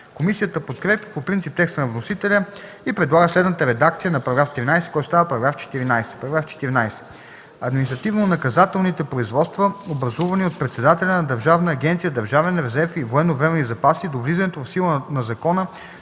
Комисията подкрепя по принцип текста на вносителя и предлага следната редакция на § 13, който става § 14: